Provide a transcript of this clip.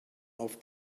auf